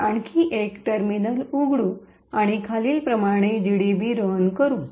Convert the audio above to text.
तर आणखी एक टर्मिनल उघडू आणि खालीलप्रमाणे जीडीबी रन करू